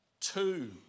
two